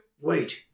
Wait